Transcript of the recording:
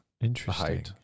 interesting